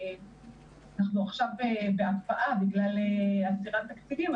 אנחנו עכשיו בהקפאה בגלל עצירת תקציבים,